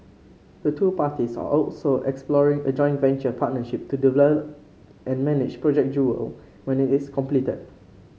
the two parties are also exploring a joint venture partnership to develop and manage Project Jewel when it is completed